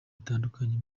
bitandukanye